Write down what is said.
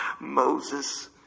Moses